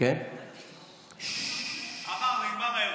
נגמר האירוע.